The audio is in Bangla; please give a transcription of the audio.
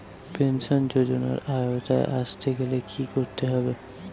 পেনশন যজোনার আওতায় আসতে গেলে কি করতে হবে?